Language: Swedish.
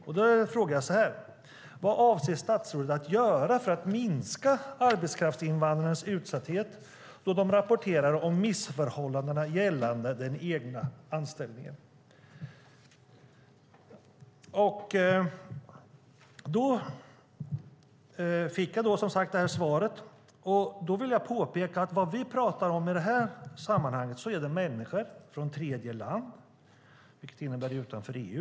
Där frågade jag så här: Vad avser statsrådet att göra för att minska arbetskraftsinvandrarnas utsatthet då de rapporterar om missförhållanden gällande den egna anställningen? Jag fick som sagt det här svaret. Jag vill påpeka att vad vi talar om i det här sammanhanget är människor från tredjeland, vilket innebär utanför EU.